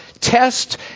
test